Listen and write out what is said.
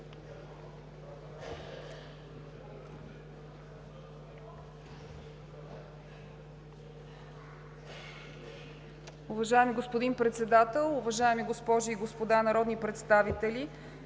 Уважаеми господин Председател, уважаеми госпожи и господа народни представители!